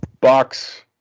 Box